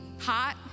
hot